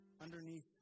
underneath